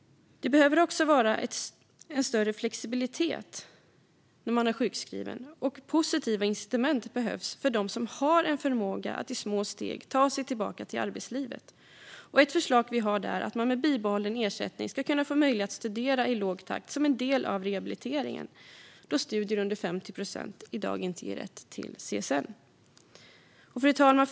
Det behöver också finnas en större flexibilitet när man är sjukskriven, och positiva incitament behövs för dem som har en förmåga att i små steg ta sig tillbaka till arbetslivet. Ett förslag vi har där är att man med bibehållen ersättning ska kunna få möjlighet att studera i låg takt som en del av rehabiliteringen, då studier under 50 procent i dag inte ger rätt till CSN. Fru talman!